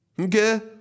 Okay